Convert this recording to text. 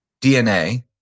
DNA